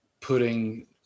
putting